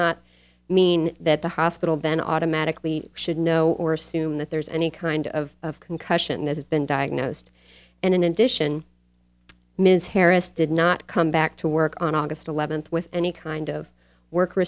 not mean that the hospital then automatically should know or assume that there's any kind of concussion that has been diagnosed and in addition ms harris did not come back to work on august eleventh with any kind of work